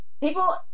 People